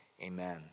Amen